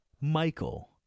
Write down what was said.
Michael